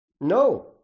No